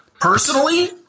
personally